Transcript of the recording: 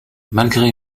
malgré